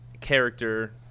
character